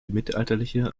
mittelalterliche